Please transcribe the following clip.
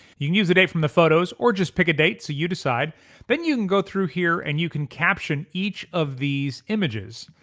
you can use the day from the photos or just pick a date so you decide then you can go through here and you can caption each of these images.